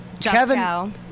Kevin